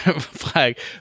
flag